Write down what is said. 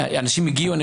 אנשים הגיעו,